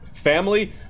Family